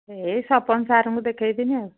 ଏଇ ସପନ ସାର୍ଙ୍କୁ ଦେଖେଇ ଦେବି ଆଉ